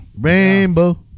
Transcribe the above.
Rainbow